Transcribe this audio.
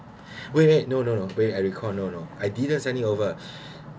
wait no no no wait I recall no no I didn't send it over